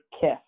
kiss